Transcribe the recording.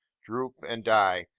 droop, and die,